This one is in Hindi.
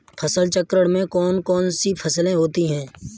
फसल चक्रण में कौन कौन सी फसलें होती हैं?